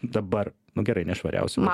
dabar nu gerai ne švariausių